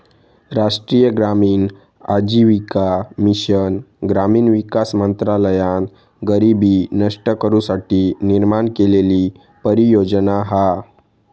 राष्ट्रीय ग्रामीण आजीविका मिशन ग्रामीण विकास मंत्रालयान गरीबी नष्ट करू साठी निर्माण केलेली परियोजना हा